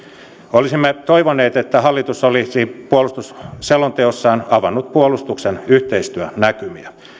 olisimme toivoneet että hallitus olisi puolustusselonteossaan avannut puolustuksen yhteistyönäkymiä